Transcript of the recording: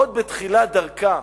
עוד בתחילת דרכה,